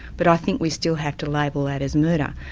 but i think we still have to label that as murder.